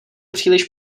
příliš